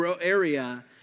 area